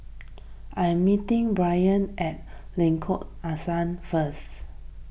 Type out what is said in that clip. I am meeting Braiden at Lengkok Angsa first